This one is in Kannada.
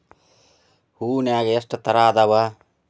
ಹೂನ್ಯಾಗ ಎಷ್ಟ ತರಾ ಅದಾವ್?